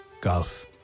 golf